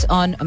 on